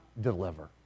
deliver